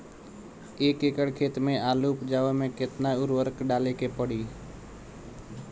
एक एकड़ खेत मे आलू उपजावे मे केतना उर्वरक डाले के पड़ी?